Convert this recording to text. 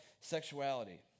sexuality